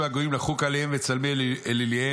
הגויים לחוק עליהם את צלמי אליליהם.